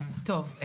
טוב.